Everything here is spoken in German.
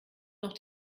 noch